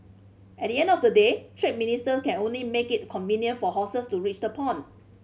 at the end of the day trade minister can only make it convenient for horses to reach the pond